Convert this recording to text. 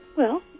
well,